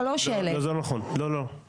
אני יכול לבקש משהו מחברי הכנסת?